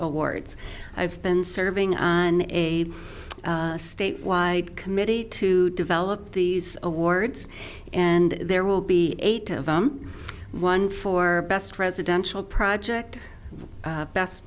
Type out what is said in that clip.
awards i've been serving on a statewide committee to develop these awards and there will be eight of them one for best residential project best